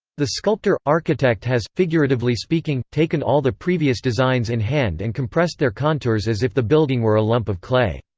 the sculptor architect has, figuratively speaking, taken all the previous designs in hand and compressed their contours as if the building were a lump of clay.